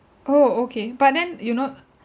oh okay but then you know